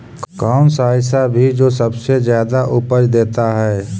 कौन सा ऐसा भी जो सबसे ज्यादा उपज देता है?